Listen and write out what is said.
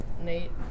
Nate